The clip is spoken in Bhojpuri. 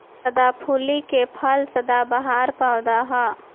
सदाफुली के फूल सदाबहार पौधा ह